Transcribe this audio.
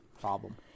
problem